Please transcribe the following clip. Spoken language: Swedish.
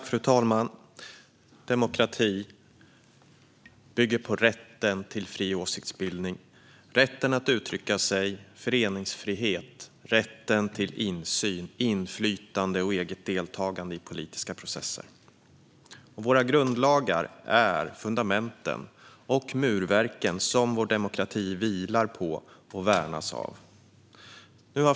Fru talman! Demokrati bygger på rätt till fri åsiktsbildning, rätt att uttrycka sig, föreningsfrihet och rätt till insyn, inflytande och eget deltagande i politiska processer. Våra grundlagar är fundamenten och murverken som vår demokrati vilar på och värnas av.